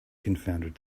confounded